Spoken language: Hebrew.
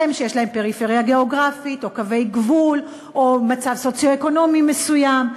שהם פריפריה גיאוגרפית או ליד קווי גבול או במצב סוציו-אקונומי מסוים,